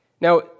Now